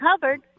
covered